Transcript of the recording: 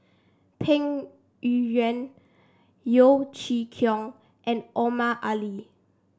Peng Yuyun Yeo Chee Kiong and Omar Ali